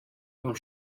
mewn